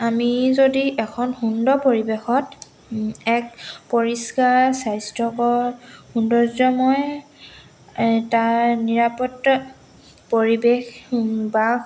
আমি যদি এখন সুন্দৰ পৰিৱেশত এক পৰিষ্কাৰ স্বাস্থ্যকৰ সৌন্দৰ্যময় তাৰ নিৰাপত্তা পৰিৱেশ বা